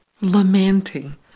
lamenting